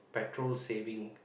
petrol saving